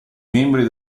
membri